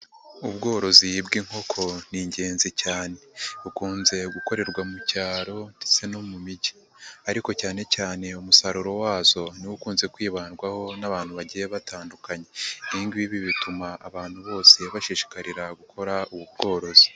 Ubworozi bw'inkoko ni ingenzi cyane, bukunze gukorerwa mu cyaro ndetse no mu mijyi ariko cyane cyane umusaruro wazo niwo ukunze kwibandwaho n'abantu bagiye batandukanye, ibi ngibi bituma abantu bose bashishikarira gukora ubu bworozi.